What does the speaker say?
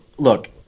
Look